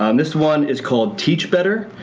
um this one is called teach better.